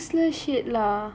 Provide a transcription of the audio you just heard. oh my god he useless shit lah